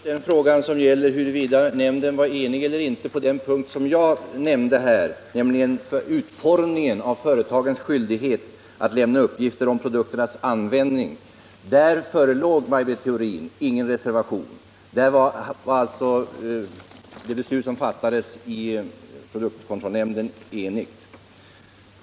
Herr talman! Vad först gäller frågan huruvida nämnden var enig eller inte på den punkt som jag här angav, nämligen utformningen av företagens skyldighet att lämna uppgifter om produkternas användning, förelåg ingen reservation, Maj Britt Theorin. I det avseendet var det beslut som fattades av produktkontrollnämnden enigt.